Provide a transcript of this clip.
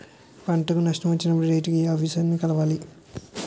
పంటకు నష్టం వచ్చినప్పుడు రైతు ఏ ఆఫీసర్ ని కలవాలి?